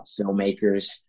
filmmakers